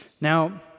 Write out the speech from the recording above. Now